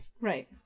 right